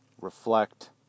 reflect